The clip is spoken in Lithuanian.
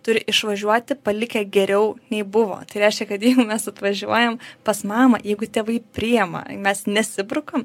turi išvažiuoti palikę geriau nei buvo tai reiškia kad jeigu mes atvažiuojam pas mamą jeigu tėvai priima mes nesibrukam